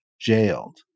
jailed